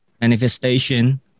Manifestation